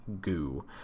goo